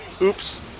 Oops